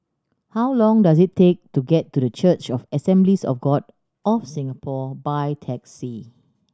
how long does it take to get to The Church of the Assemblies of God of Singapore by taxi